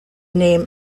name